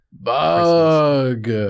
Bug